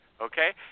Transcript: Okay